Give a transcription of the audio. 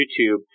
YouTube